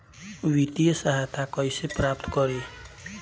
वित्तीय सहायता कइसे प्राप्त करी?